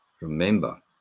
remember